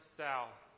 south